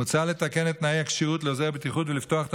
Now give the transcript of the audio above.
מוצע לתקן את תנאי הכשירות לעוזר בטיחות ולפתוח את